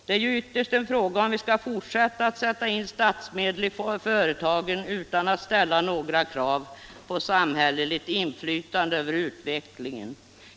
Det är ju ytterst en fråga om huruvida vi skall fortsätta att sätta in statsmedel i företagen utan att ställa några krav på samhälleligt inflytande på utvecklingen.